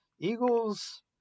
Eagles